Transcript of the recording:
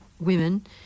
women